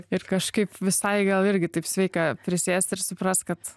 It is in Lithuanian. ir kažkaip visai gal irgi taip sveika prisėst ir suprast kad